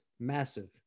massive